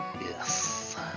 Yes